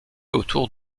autour